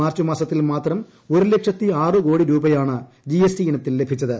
March മാസത്തിൽ മാത്രം ഒരുലക്ഷത്തി ആറ് കോടി രൂപയാണ് ജിഎസ്ടി ഇനത്തിൽ ലഭിച്ചത്